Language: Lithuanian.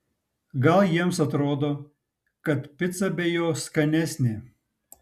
gal jiems atrodo kad pica be jo skanesnė